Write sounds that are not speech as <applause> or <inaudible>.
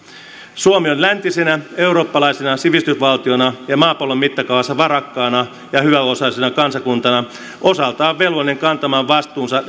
suomi on läntisenä eurooppalaisena sivistysvaltiona ja maapallon mittakaavassa varakkaana ja hyväosaisena kansakuntana osaltaan velvollinen kantamaan vastuunsa <unintelligible>